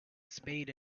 spade